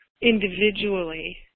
individually